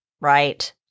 Right